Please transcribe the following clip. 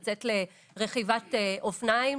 לצאת לרכיבת אופניים,